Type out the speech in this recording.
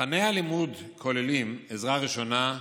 תוכני הלימוד כוללים עזרה ראשונה,